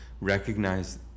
Recognize